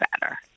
better